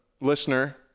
listener